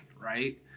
right